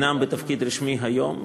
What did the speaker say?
אינם בתפקיד רשמי היום,